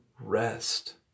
rest